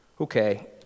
okay